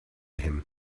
him